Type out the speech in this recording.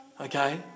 Okay